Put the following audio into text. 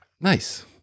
nice